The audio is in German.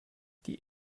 die